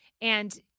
And-